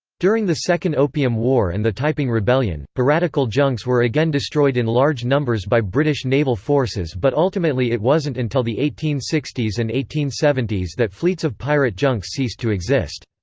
during the second opium war and the taiping rebellion, piratical junks were again destroyed in large numbers by british naval forces but ultimately it wasn't until the eighteen sixty s and eighteen seventy s that fleets of pirate junks ceased to exist.